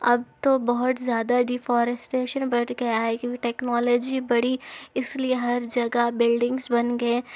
اب تو بہت زیادہ ڈیفارسٹیشن بڑھ گیا ہے کیوںکہ ٹیکنالوجی بڑھی اس لیے ہر جگہ بلڈنگس بن گئے